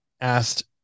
asked